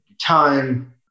Time